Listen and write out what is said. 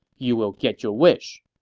you will get your wish.